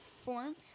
form